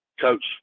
coach